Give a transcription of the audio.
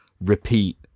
repeat